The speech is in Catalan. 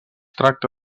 tracta